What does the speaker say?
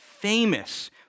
famous